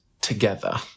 together